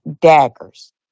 daggers